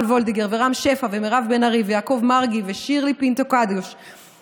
וולדיגר ורם שפע ומירב בן ארי ויעקב מרגי ושירלי פינטו קדוש,